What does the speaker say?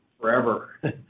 forever